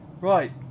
Right